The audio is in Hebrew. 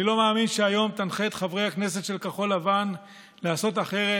אני לא מאמין שהיום תנחה את חברי הכנסת של כחול לבן לעשות אחרת